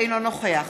אינו נוכח